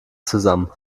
zusammen